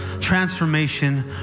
transformation